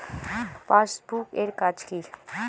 Passbook এর কাজ কি?